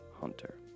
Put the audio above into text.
hunter